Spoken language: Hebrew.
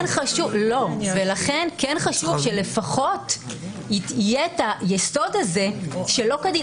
ולכן כן חשוב שלפחות יהיה את היסוד הזה "שלא כדין".